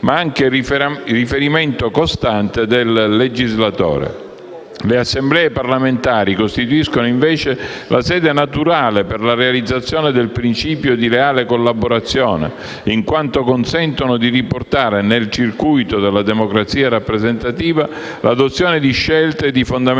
ma anche il riferimento costante del legislatore. Le Assemblee parlamentari costituiscono, invece, la sede naturale per la realizzazione del principio di leale collaborazione, in quanto consentono di riportare nel circuito della democrazia rappresentativa l'adozione di scelte di fondamentale